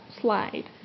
slide